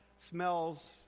smells